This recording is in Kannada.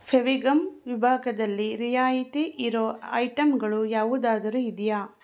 ಫೆವಿಗಮ್ ವಿಭಾಗದಲ್ಲಿ ರಿಯಾಯಿತಿ ಇರೋ ಐಟಂಗಳು ಯಾವುದಾದರೂ ಇದೆಯಾ